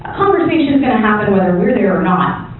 conversation's going to happen whether we're there or not.